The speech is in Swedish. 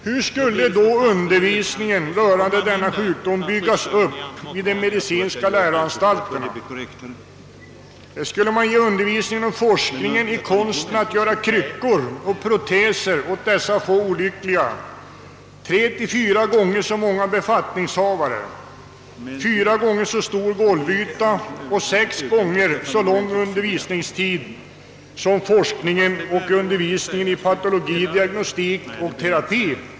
Hur skulle undervisningen rörande denna sjukdom byggas upp vid de medicinska läroanstalterna? Skulle man ge forskningen och undervisningen i konsten att göra kryckor och proteser åt dessa få olyckliga tre—fyra gånger så många befattningshavare, fyra gånger så stor golvyta och sex gånger så lång undervisningstid som forskningen och undervisningen i patologi, diagnostik och terapi?